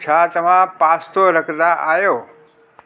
छा तव्हां पास्तो रखंदा आहियो